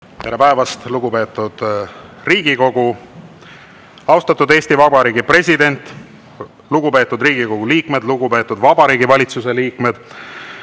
Tere päevast, lugupeetud Riigikogu! Austatud Eesti Vabariigi president! Lugupeetud Riigikogu liikmed! Lugupeetud Vabariigi Valitsuse liikmed!